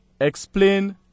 explain